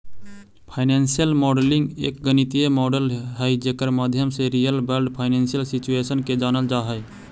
financial modelling एक गणितीय model हई जेकर माध्यम से रियल वर्ल्ड फाइनेंशियल सिचुएशन के जानल जा हई